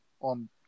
on